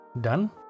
done